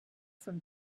from